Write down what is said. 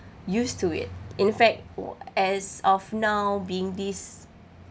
used to it in fact as of now being this